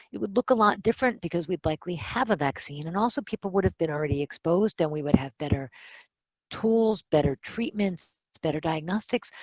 it would look a lot different because we'd likely have a vaccine and also people would have been already exposed and we would have better tools, better treatment, better diagnostics.